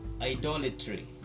idolatry